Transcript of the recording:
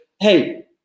hey